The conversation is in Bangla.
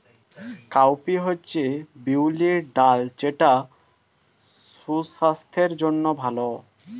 কাউপি হচ্ছে বিউলির ডাল যেটা সুস্বাস্থ্যের জন্য ভালো